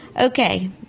Okay